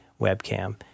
webcam